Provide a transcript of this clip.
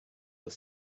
will